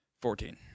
Fourteen